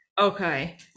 Okay